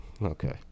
Okay